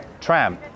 Tram